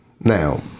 now